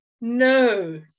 no